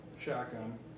shotgun